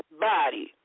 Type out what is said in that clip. body